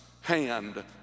hand